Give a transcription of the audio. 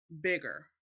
bigger